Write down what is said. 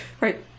right